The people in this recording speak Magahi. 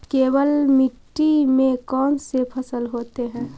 केवल मिट्टी में कौन से फसल होतै?